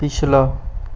ਪਿਛਲਾ